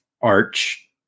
arch